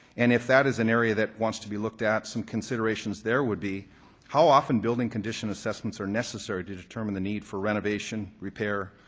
and if that is an area that wants to be looked at, some considerations there would be how often building condition assessments are necessary to determine the need for renovation, repair,